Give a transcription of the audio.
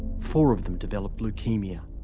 four of them developed leukaemia.